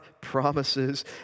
promises